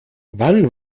wann